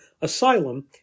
Asylum